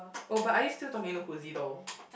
oh but are you still talking to Whoozy though